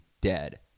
dead